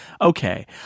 okay